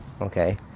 okay